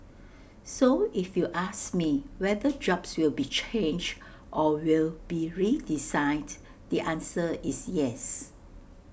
so if you ask me whether jobs will be changed or will be redesigned the answer is yes